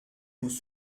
vous